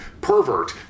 pervert